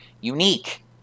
unique